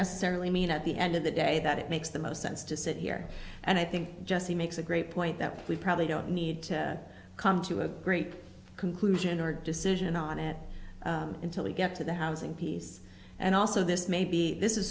necessarily mean at the end of the day that it makes the most sense to sit here and i think jesse makes a great point that we probably don't need to come to a great conclusion or decision on it until we get to the housing piece and also this may be this is